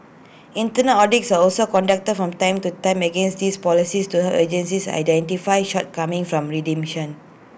internal audits are also conducted from time to time against these policies to agencies identify shortcomings form remediation